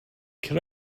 can